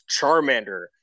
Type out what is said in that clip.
Charmander